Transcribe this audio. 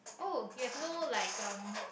oh you have not like um